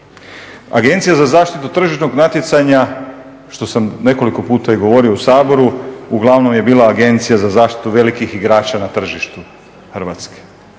Agencija za zaštitu tržišnog natjecanja što sam nekoliko puta i govorio u Saboru uglavnom je bila agencija za zaštitu velikih igrača na tržištu Hrvatske